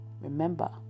Remember